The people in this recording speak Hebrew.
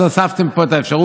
אז הוספתם פה את האפשרות